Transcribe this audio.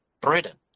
Britain